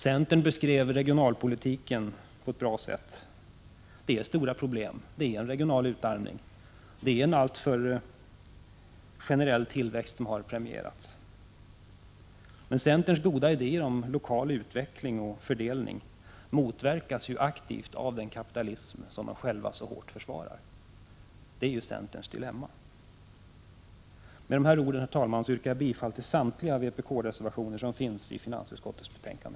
Centern beskrev regionalpolitiken på ett bra sätt. Det är stora problem — det är en regional utarmning. Det är en alltför generell tillväxt som har premierats. Men centerns goda idéer om lokal utveckling och fördelning motverkas ju aktivt av den kapitalism som centern själv så hårt försvarar. Det är centerns dilemma. Med dessa ord, herr talman, yrkar jag bifall till samtliga vpk-reservationer i finansutskottets betänkande.